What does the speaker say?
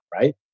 Right